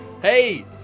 Hey